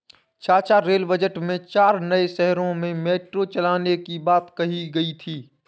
चाचा rail budget में चार नए शहरों में मेट्रो चलाने की बात कही गई थी